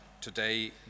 Today